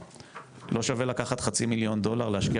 לא שווה לקחת חצי מיליון דולר להשקיע